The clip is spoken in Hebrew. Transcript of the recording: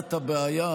בליבת הבעיה.